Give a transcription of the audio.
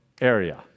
area